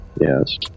Yes